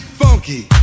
funky